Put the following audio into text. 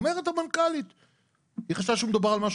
ביחד עם משרד הבריאות,